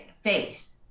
face